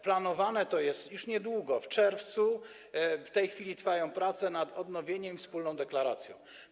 Planowane to jest już niedługo, w czerwcu, w tej chwili trwają prace nad odnowieniem i wspólną deklaracją.